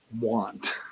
want